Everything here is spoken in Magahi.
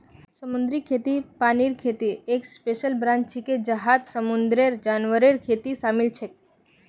समुद्री खेती पानीर खेतीर एक स्पेशल ब्रांच छिके जहात समुंदरेर जानवरेर खेती शामिल छेक